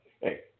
hey